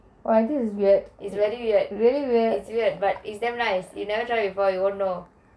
is very weird it's weird but it's damn nice you never try before you won't know